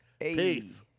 Peace